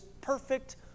perfect